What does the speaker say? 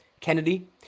Kennedy